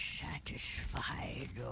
satisfied